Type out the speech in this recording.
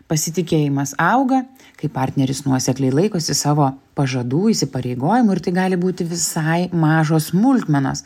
pasitikėjimas auga kai partneris nuosekliai laikosi savo pažadų įsipareigojimų ir tai gali būti visai mažos smulkmenos